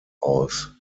aus